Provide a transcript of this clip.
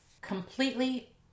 completely